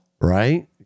Right